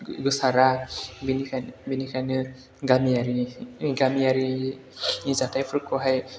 गोसारा बेनिखायनो गामियारिनि गामियारिनि जाथायफोरखौहाय